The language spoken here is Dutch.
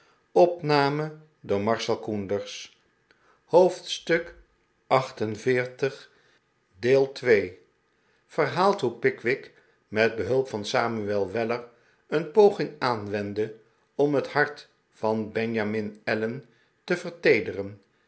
hoofdstuk xlviii verhaalt hoe pickwick met behulp van samuel weller een poging aanwendde om net hart van benjamin allen te